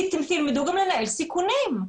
תלמדו גם לנהל סיכונים.